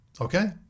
okay